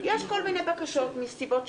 יש כל מיני בקשות מסיבות שונות.